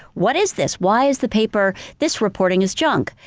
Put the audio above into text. what is this? why is the paper. this reporting is junk.